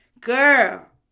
Girl